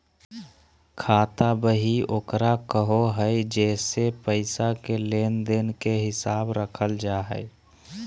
खाता बही ओकरा कहो हइ जेसे पैसा के लेन देन के हिसाब रखल जा हइ